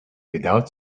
without